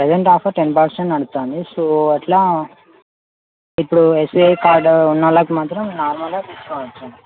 present offer ten percent నడుస్తాంది so అట్లా ఇప్పుడు ఎస్బీఐ కార్డ్ ఉన్న వాళ్ళకు మాత్రం నార్మల్గా తీసుకోవచ్చు